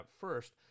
first